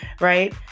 right